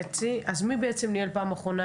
הבענו תנחומים